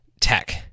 tech